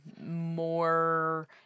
more